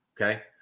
Okay